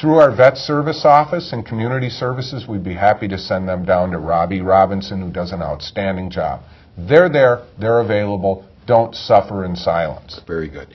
through our vet service office and community services we'd be happy to send them down to robbie robinson does an outstanding job they're there they're available don't suffer in silence very good